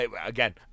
again